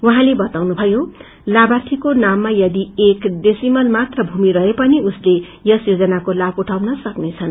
उझेँले बताउनु भयो लाभार्थीको नाममा यदि एक डेसिमल मात्र भूमि रहे पनि उसले यस योजनाको लाम उझउन सक्नेछन्